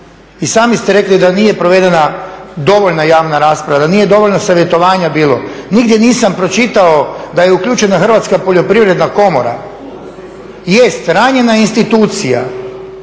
I sami ste rekli da nije provedena dovoljna javna rasprava, da nije dovoljno savjetovanja bilo. Nigdje nisam pročitao da je uključena Hrvatska poljoprivredna komora. Jest, ranjena je institucija